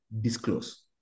Disclose